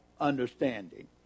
understanding